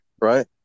right